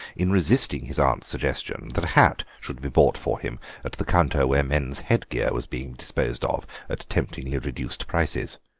in resisting his aunt's suggestion that a hat should be bought for him at the counter where men's headwear was being disposed of at temptingly reduced prices.